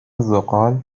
ذغال